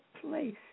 place